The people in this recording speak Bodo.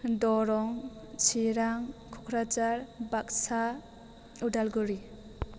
दरं चिरां क'क्राझार बाक्सा उदालगुरि